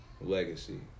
Legacy